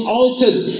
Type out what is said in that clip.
altered